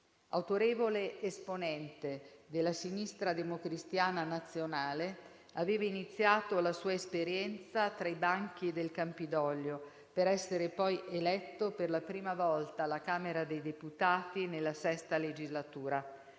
Autorevole esponente della sinistra democristiana nazionale, aveva iniziato la sua esperienza tra i banchi del Campidoglio, per essere poi eletto per la prima volta alla Camera dei deputati nella VI legislatura.